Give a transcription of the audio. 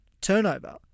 turnover